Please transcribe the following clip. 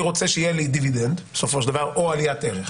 אני רוצה שיהיה לי דיבידנד בסופו של דבר או עליית ערך.